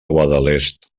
guadalest